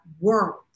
world